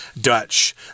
Dutch